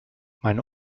meine